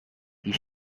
die